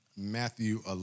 Matthew